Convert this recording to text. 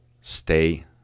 stay